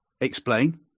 Explain